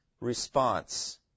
response